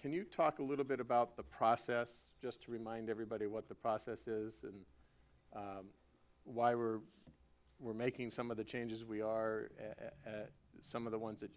can you talk a little bit about the process just to remind everybody what the process is and why we're we're making some of the changes we are at some of the ones that